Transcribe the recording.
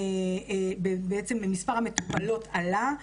מספר המטופלות עלה,